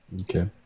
Okay